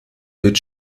wird